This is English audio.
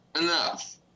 enough